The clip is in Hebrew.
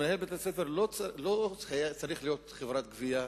מנהל בית-הספר לא צריך להיות חברת גבייה,